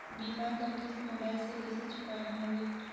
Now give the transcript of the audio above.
बीमा कर किस्त मोबाइल से कइसे चुकाना हवे